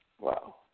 Wow